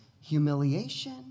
Humiliation